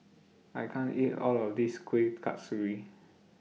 I can't eat All of This Kueh Kasturi